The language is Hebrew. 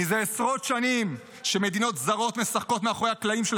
זה עשרות שנים שמדינות זרות משחקות מאחורי הקלעים של